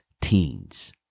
teens